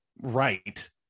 right